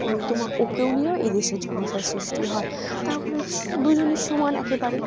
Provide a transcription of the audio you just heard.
ওই তোমার ওকে নিয়েও এই দেশের জনতার সৃষ্টি হয় তাহলে দুজনই সমান একেবারে